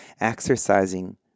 exercising